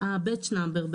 ה-Batch Number,